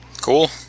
Cool